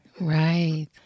Right